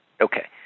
Okay